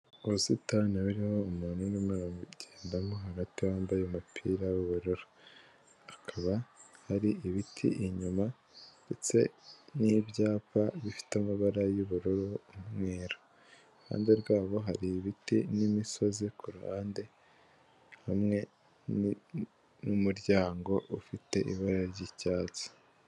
Ubusitani buriho umuntu urabugendamo hagati wambaye umupira w'ubururu hakaba hari ibiti inyuma ndetse n'ibyapa bifite amabara y'ubururu n'umweru iruhande rwabo hari ibiti n'imisozi kuruhande hamwe n'umuryango ufite ibara ry'icyatsi.